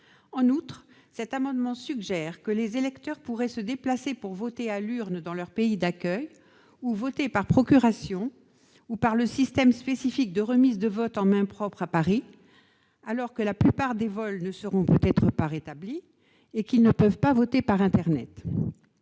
En outre, cet amendement suggère que les électeurs pourraient se déplacer pour voter à l'urne dans leur pays d'accueil ou voter par procuration ou le système spécifique de remise de vote en main propre à Paris, alors que la plupart des vols ne seront peut-être pas rétablis et qu'ils ne peuvent pas voter par internet.